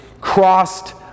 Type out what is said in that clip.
crossed